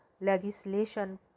legislation